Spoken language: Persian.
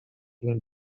این